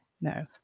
No